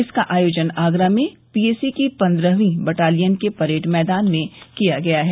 इसका आयोजन आगरा में पीएसी की पन्द्रहवीं बटालियन के परेड मैदान में किया गया है